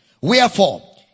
Wherefore